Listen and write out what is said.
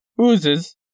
oozes